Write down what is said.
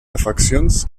afeccions